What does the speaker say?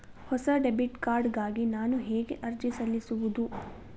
ಹೊಸ debit card ಗಾಗಿ ನಾನು ಹೇಗೆ ಅರ್ಜಿ ಸಲ್ಲಿಸುವುದು?